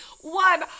One